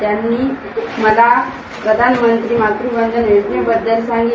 त्यांनी मला प्रधानमंत्री मातवंदना योजनेबद्दल सांगितलं